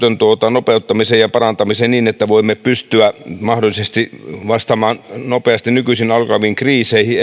nopeuttamiseen ja parantamiseen niin että voimme pystyä mahdollisesti vastaamaan erittäin nopeasti nykyisin nopeasti alkaviin kriiseihin